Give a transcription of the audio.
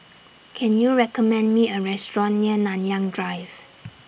Can YOU recommend Me A Restaurant near Nanyang Drive